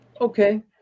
Okay